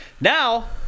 Now